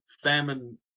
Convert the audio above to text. famine